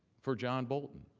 for john bolton.